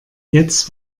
jetzt